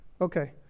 okay